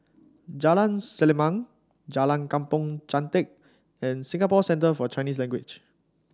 Jalan Selimang Jalan Kampong Chantek and Singapore Centre For Chinese Language